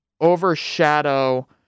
overshadow